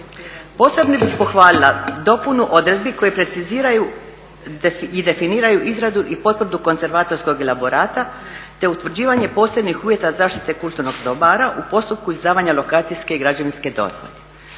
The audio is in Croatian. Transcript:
Posebno bih pohvalila dopunu odredbi koje preciziraju i definiraju izradu i potvrdu konzervatorskog elaborata te utvrđivanje posebnih uvjeta zaštite kulturnih dobara u postupku izdavanja lokacijske i građevinske dozvole.